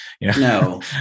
No